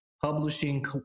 publishing